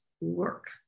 work